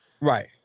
Right